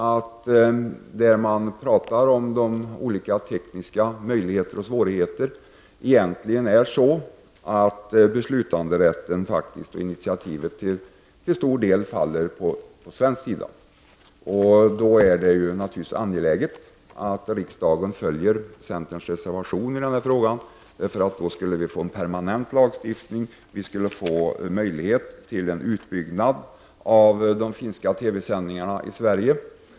I yttrandet tar han upp de tekniska svårigheterna och möjligheterna och att det egentligen är så att beslutanderätten och initiativet till stor del faller på svensk sida. Då är det naturligtvis angeläget att riksdagen följer centerns reservation i frågan. Då skulle vi få en permanent lagstiftning och möjlighet till en utbyggnad av de finska TV-sändningarna i Sverige.